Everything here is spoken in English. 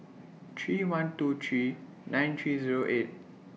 three one two three nine three Zero eight